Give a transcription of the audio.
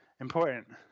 Important